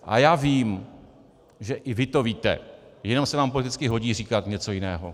A já vím, že i vy to víte, jenom se vám politicky hodí říkat něco jiného.